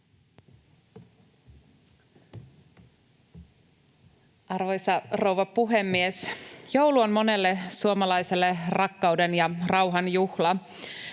Arvoisa rouva puhemies! Joulu on monelle suomalaiselle rakkauden ja rauhan juhla.